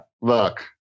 Look